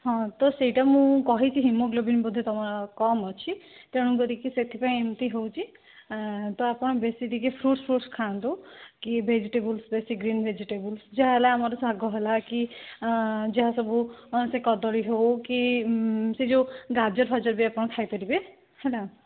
ହଁ ତ ସେଇଟା ମୁଁ କହିଚି ହିମୋଗ୍ଲୋବିନ୍ ବୋଧେ ତମ କମ୍ ଅଛି ତେଣୁ କରିକି ସେଥିପାଇଁ ଏମିତି ହେଉଛି ତ ଆପଣ ବେଶି ଟିକିଏ ଫ୍ରୁଟ୍ସ୍ ଫ୍ରୁଟ୍ସ୍ ଖାଆନ୍ତୁ କି ଭେଜିଟେବୁଲସ୍ ବେଶି ଗ୍ରୀନ ଭେଜିଟେବୁଲସ୍ ଯାହାହେଲା ଆମର ଶାଗ ହେଲା କି ଯାହା ସବୁ ସେ କଦଳୀ ହେଉ କି ସେ ଯେଉଁ ଗାଜର ଫାଜର ବି ଆପଣ ଖାଇପାରିବେ ହେଲା